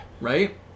Right